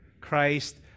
Christ